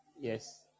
Yes